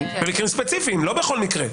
במקרים ספציפיים אבל לא בכל מקרה.